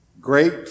Great